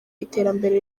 iterambere